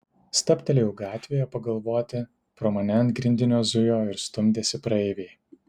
stabtelėjau gatvėje pagalvoti pro mane ant grindinio zujo ir stumdėsi praeiviai